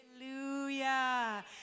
Hallelujah